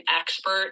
expert